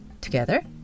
together